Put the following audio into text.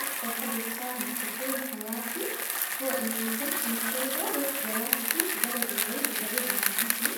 أكثر حدا ساهم في تكوين حياتي هو إني كنت مغتربة وقت دراستي في بلد غريب وبعيدة عن أهلي،